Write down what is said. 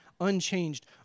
unchanged